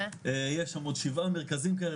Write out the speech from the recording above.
יש שם עוד שבעה מרכזים כאלה,